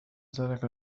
ذلك